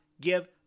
give